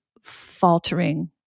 faltering